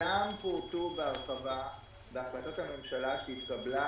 כולם פורטו בהרחבה בהחלטת הממשלה שהתקבלה